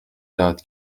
داد